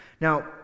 Now